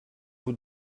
vous